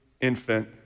infant